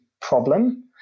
problem